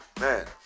man